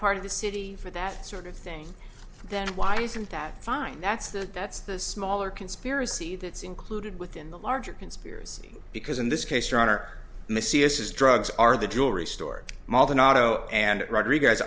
part of the city for that sort of thing then why isn't that fine that's the that's the smaller conspiracy that's included within the larger conspiracy because in this case your honor missy is drugs are the jewelry store more than auto and rodriguez